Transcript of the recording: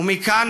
ומכאן,